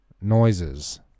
noises